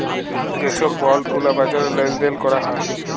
যে ছব বল্ড গুলা বাজারে লেল দেল ক্যরা হ্যয়